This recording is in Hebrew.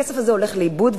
הכסף הזה הולך לאיבוד,